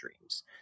dreams